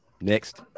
Next